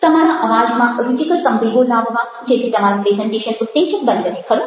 તમારા અવાજમાં રુચિકર સંવેગો લાવવા જેથી તમારું પ્રેઝન્ટેશન ઉત્તેજક બની રહે ખરું ને